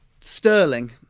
Sterling